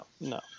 no